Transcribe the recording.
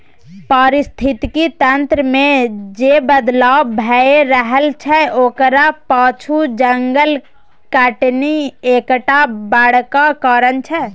पारिस्थितिकी तंत्र मे जे बदलाव भए रहल छै ओकरा पाछु जंगल कटनी एकटा बड़का कारण छै